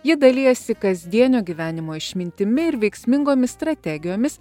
ji dalijasi kasdienio gyvenimo išmintimi ir veiksmingomis strategijomis